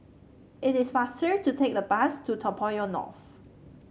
it is faster to take the bus to Toa Payoh North